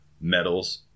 medals